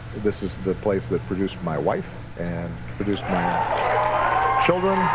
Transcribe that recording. this is the place that produced my wife and produced my children.